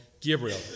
Gabriel